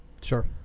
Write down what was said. Sure